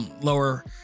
lower